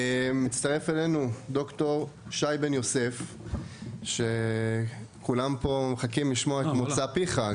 מצטרף אלינו ד"ר שי בן יוסף שכולם פה מחכים לשמוע את מוצא פיך,